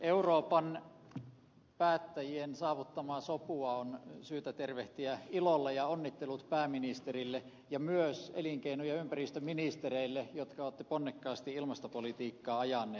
euroopan päättäjien saavuttamaa sopua on syytä tervehtiä ilolla ja onnittelut pääministerille ja myös elinkeino ja ympäristöministereille jotka olette ponnekkaasti ilmastopolitiikkaa ajaneet